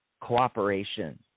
cooperation